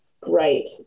great